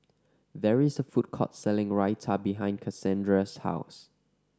there is a food court selling Raita behind Casandra's house